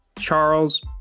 Charles